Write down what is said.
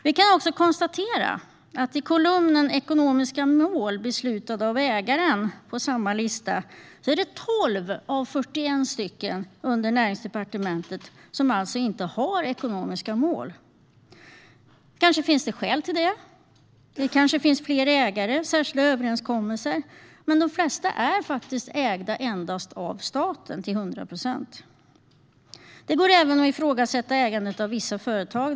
Vi kan också konstatera att i kolumnen "ekonomiska mål beslutade av ägaren" på samma lista är det 12 av 41 bolag under Näringsdepartementets ansvar som inte har ekonomiska mål. Det kanske finns skäl till det. Det kanske finns fler ägare eller särskilda överenskommelser. Men de flesta är faktiskt ägda endast och till 100 procent av staten. Det går även att ifrågasätta ägandet av vissa företag.